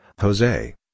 Jose